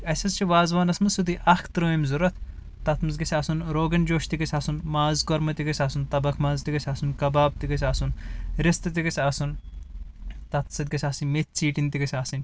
اسہِ حظ چھ وازوانس منٛز سیٚودُے اکھ ترٛٲمۍ ضروٗرت تتھ منٛز گژھِ آسُن روگن جوش تہِ گژھِ آسُن ماز کۄرمہٕ تہِ گژھِ آسُن تبکھ ماز تہِ گژھِ آسُن کباب تہِ گژھِ آسُن رِستہِ تہِ گژھِ آسُن تتھ سۭتۍ گژھِ آسٕنۍ میٚتھۍ ژیٖٹِنۍ تہِ گژھِ آسٕنۍ